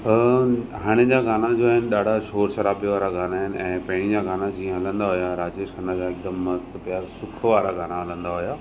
अन हाणे जा गाना जो आहिनि ॾाढा शोर शराबे वारा गाना आहिनि ऐं पहिरीं जा गाना जीअं हलंदा हुया राजेश खन्ना जा हिकदमि मस्तु पिया सुख़ि वारा गाना हलंदा हुया